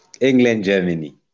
England-Germany